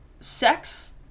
sex